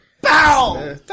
Bow